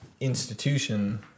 institution